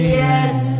yes